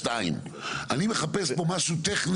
4 הערות.